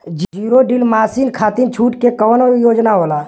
Zero till machine खाती छूट के कवन योजना होला?